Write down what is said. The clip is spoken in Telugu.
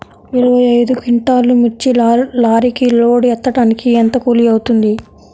ఇరవై ఐదు క్వింటాల్లు మిర్చి లారీకి లోడ్ ఎత్తడానికి ఎంత కూలి అవుతుంది?